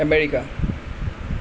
America